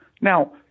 Now